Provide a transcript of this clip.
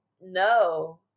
No